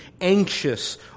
anxious